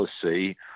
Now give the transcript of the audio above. policy